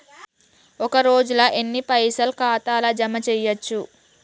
ఒక రోజుల ఎన్ని పైసల్ ఖాతా ల జమ చేయచ్చు?